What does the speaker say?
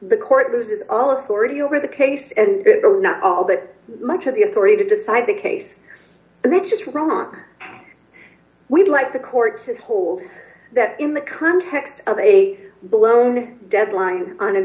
the court loses all authority over the case and not all that much of the authority to decide the case and that's just wrong we'd like the court says hold that in the context of a blown deadline an